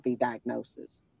diagnosis